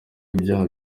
y’ibyaha